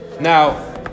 Now